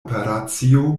operacio